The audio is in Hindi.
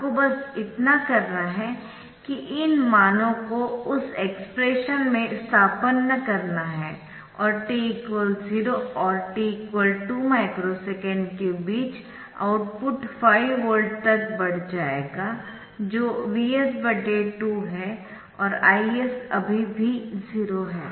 आपको बस इतना करना है कि इन मानों को उस एक्सप्रेशन में स्थानापन्न करना है और t 0 और t 2 माइक्रो सेकंड के बीच आउटपुट 5 वोल्ट तक बढ़ जाएगा जो Vs2 है और Is अभी भी 0 है